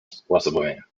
способами